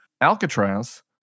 Alcatraz